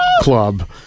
club